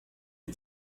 est